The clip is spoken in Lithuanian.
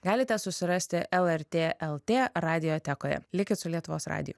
galite susirasti lrt lt radiotekoje likit su lietuvos radiju